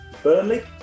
Burnley